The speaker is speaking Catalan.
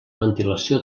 ventilació